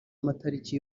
amatariki